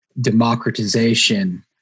democratization